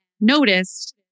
noticed